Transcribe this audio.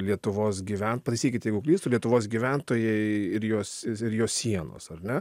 lietuvos gyvent pataisykit jeigu klystu lietuvos gyventojai ir jos ir jo sienos ar ne